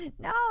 No